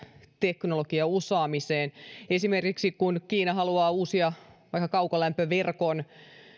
teknologian osaamiseen esimerkiksi kun kiina haluaa uusia vaikka kaukolämpöverkon